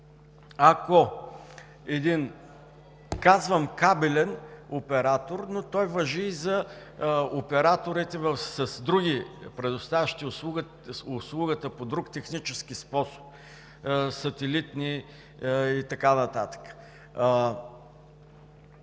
ако един, казвам „кабелен оператор“, но това важи и за операторите, предоставящи услугата по друг технически способ – сателити и така нататък,